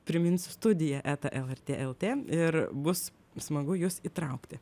priminsiu studija eta lrt lt ir bus smagu jus įtraukti